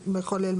אבל אני לא מכיר.